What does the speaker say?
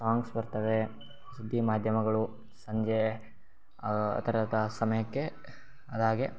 songs ಬರ್ತವೆ ಸುದ್ದಿ ಮಾಧ್ಯಮಗಳು ಸಂಜೆ ಆ ಥರದ ಸಮಯಕ್ಕೆ ಅದಾಗೇ